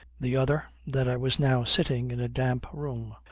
the other, that i was now sitting in a damp room,